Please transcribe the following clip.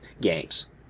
games